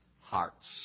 hearts